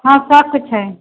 हँ सबके छै